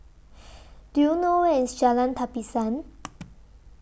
Do YOU know Where IS Jalan Tapisan